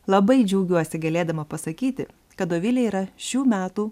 labai džiaugiuosi galėdama pasakyti kad dovilė yra šių metų